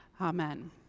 Amen